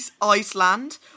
Iceland